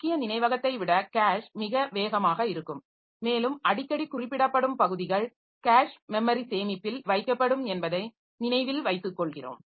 முக்கிய நினைவகத்தை விட கேஷ் மிக வேகமாக இருக்கும் மேலும் அடிக்கடி குறிப்பிடப்படும் பகுதிகள் கேஷ் மெமரி சேமிப்பில் வைக்கப்படும் என்பதை நினைவில் வைத்துக் கொள்கிறோம்